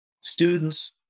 students